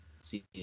see